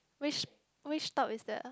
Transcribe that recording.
which which stop is that ah